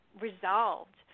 resolved